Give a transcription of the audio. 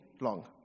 long